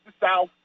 South